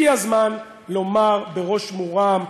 הגיע הזמן לומר בראש מורם,